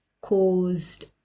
caused